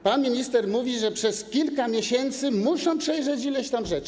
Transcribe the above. Pan minister mówi, że przez kilka miesięcy muszą przejrzeć ileś tam rzeczy.